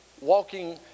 walking